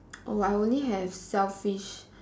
oh I only have shellfish